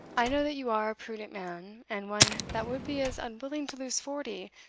i know that you are a prudent man, and one that would be as unwilling to lose forty,